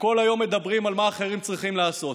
שכל היום מדברים על מה אחרים צריכים לעשות.